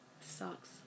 Sucks